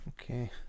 Okay